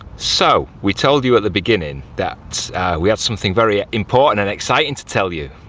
so we told you at the beginning that we had something very important and exciting to tell you.